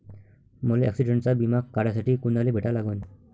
मले ॲक्सिडंटचा बिमा काढासाठी कुनाले भेटा लागन?